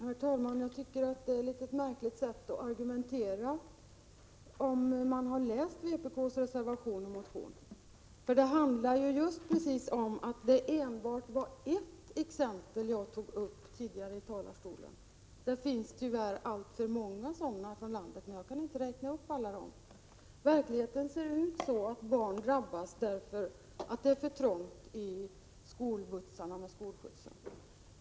Herr talman! Jag tycker att detta är ett märkligt sätt att argumentera på om man har läst vpk:s reservation och motion. Det exempel som jag tog upp tidigare i talarstolen är ju bara ett, och det finns tyvärr alltför många sådana exempel från landet. Verkligheten är den att barn drabbas därför att det är för trångt i skolskjutsarna.